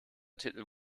titel